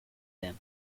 them